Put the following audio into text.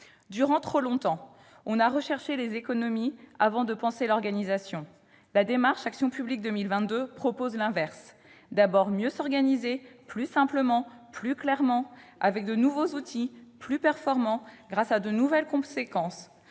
Durant trop longtemps, on a recherché les économies avant de penser l'organisation. La démarche " action publique 2022 " propose l'inverse : d'abord, mieux s'organiser, plus simplement, plus clairement, avec de nouveaux outils, plus performants, grâce à de nouvelles compétences,